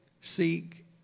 Seek